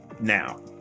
now